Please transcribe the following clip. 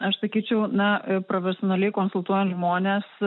aš sakyčiau na profesionaliai konsultuojant žmones